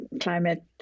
Climate